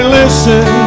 listen